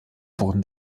wurden